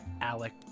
Alec